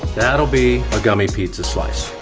that'll be a gummy pizza slice.